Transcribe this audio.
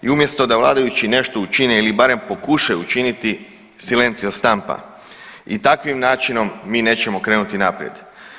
I umjesto da vladajući nešto učine ili barem pokušaju učiniti silencio stampa i takvim načinom mi nećemo krenuti naprijed.